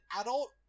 adult